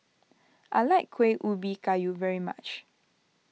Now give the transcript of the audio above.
I like Kueh Ubi Kayu very much